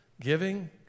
giving